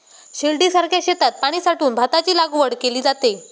शिर्डीसारख्या शेतात पाणी साठवून भाताची लागवड केली जाते